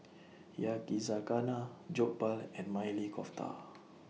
Yakizakana Jokbal and Maili Kofta